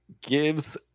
gives